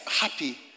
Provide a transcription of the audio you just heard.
happy